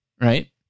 Right